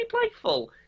playful